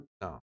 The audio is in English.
No